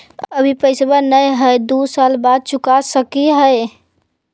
अभि पैसबा नय हय, दू साल बाद चुका सकी हय?